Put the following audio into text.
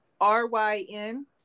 R-Y-N